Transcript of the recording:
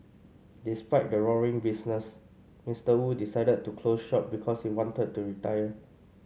despite the roaring business Mister Wu decided to close shop because he wanted to retire